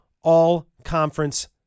all-conference